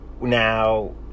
Now